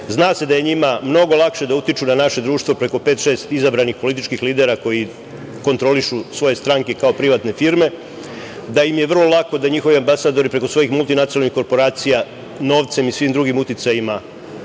Zna se da je njima mnogo lakše da utiču na naše društvo preko pet, šest izabranih političkih lidera koji kontrolišu svoje stranke kao privatne firme, da im je vrlo lako da njihovi ambasadori preko svojih multinacionalnih korporacija novcem i svim drugim uticajima